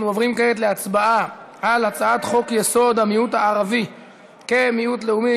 אנחנו עוברים כעת להצבעה על הצעת חוק-יסוד: המיעוט הערבי כמיעוט לאומי,